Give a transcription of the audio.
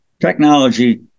technology